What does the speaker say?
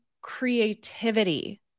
creativity